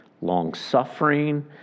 long-suffering